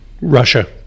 Russia